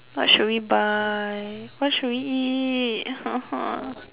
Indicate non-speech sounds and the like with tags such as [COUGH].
what should we buy what should we eat [NOISE]